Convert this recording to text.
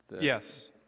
Yes